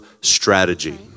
strategy